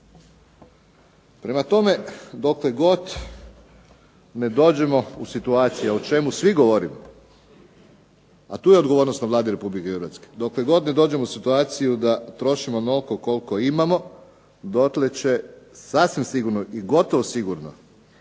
Prema tome, dokle god ne dođemo u situacije o čemu svi govorimo a tu je odgovornost na Vladi Republike Hrvatske, dokle god ne dođemo u situaciju da trošimo onoliko koliko imamo dotle će sasvim sigurno i gotovo sigurno